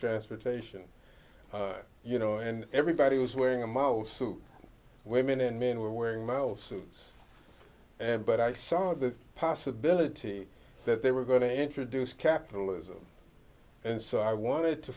transportation you know and everybody was wearing a mouse suit women and men were wearing now suits and but i saw the possibility that they were going to introduce capitalism and so i wanted to